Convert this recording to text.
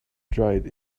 dried